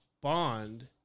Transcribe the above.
Bond